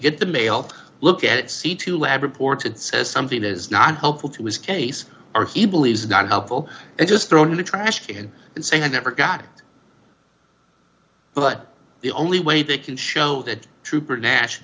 get the mail look at it see two lab reports and says something is not helpful to his case or he believes is not helpful and just thrown in the trash bin and say i never got it but the only way they can show that trooper nash